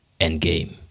Endgame